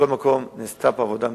מכל מקום, נעשתה פה עבודה מקצועית,